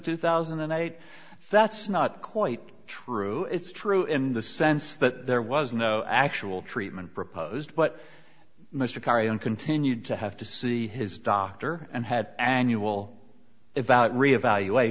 two thousand and eight that's not quite true it's true in the sense that there was no actual treatment proposed but mr kerry and continued to have to see his doctor and had annual evaluate revaluat